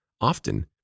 Often